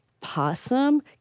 possum